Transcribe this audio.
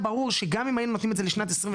היה ברור שגם אם היינו נותנים את זה לשנת 23,